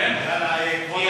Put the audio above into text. מי